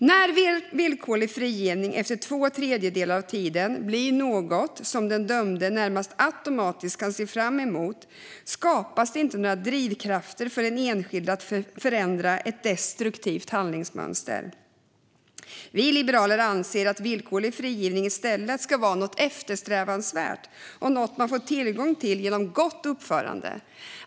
När villkorlig frigivning efter två tredjedelar av tiden blir något som den dömde närmast automatiskt kan se fram mot skapas det inte några drivkrafter för den enskilde att förändra ett destruktivt handlingsmönster. Vi liberaler anser att villkorlig frigivning i stället ska vara något eftersträvansvärt och något man får tillgång till genom gott uppförande.